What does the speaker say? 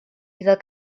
iddo